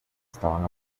estaban